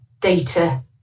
data